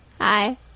Hi